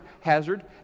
hazard